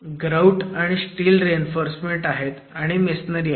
grout आणि steel reinforcement आहे आणि मेसोनरी आहे